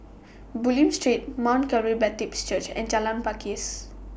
Bulim Street Mount Calvary Baptist Church and Jalan Pakis